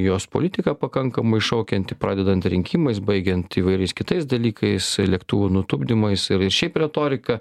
jos politika pakankamai iššaukianti pradedant rinkimais baigiant įvairiais kitais dalykais lėktuvų nutupdymais ir šiaip retorika